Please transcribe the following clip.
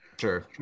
sure